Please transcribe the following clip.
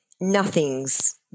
nothing's